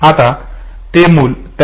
आता ते मूल त्याची रूपरेषा घेत होते